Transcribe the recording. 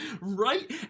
Right